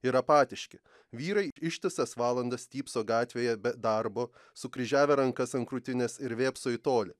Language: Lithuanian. ir apatiški vyrai ištisas valandas stypso gatvėje be darbo sukryžiavę rankas ant krūtinės ir vėpso į tolį